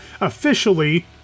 officially